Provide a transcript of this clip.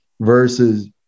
versus